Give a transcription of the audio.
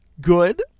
good